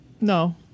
No